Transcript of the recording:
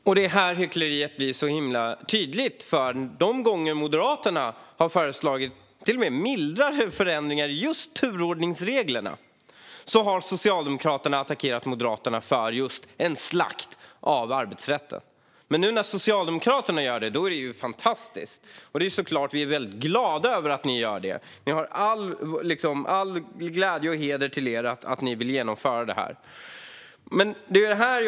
Fru talman! Det är här hyckleriet blir tydligt. De gånger Moderaterna har föreslagit till och med mildare förändringar av just turordningsreglerna har Socialdemokraterna attackerat Moderaterna med att vi vill genomföra just en slakt av arbetsrätten. Men nu när det är Socialdemokraterna som vill genomföra det är det fantastiskt. Vi är såklart glada över att ni gör det, Helén Pettersson. All heder till er för att ni vill genomföra det här.